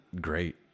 great